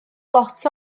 lot